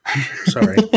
sorry